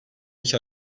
iki